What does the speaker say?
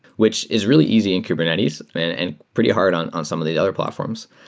which is really easy in kubernetes and pretty hard on on some of these other platforms.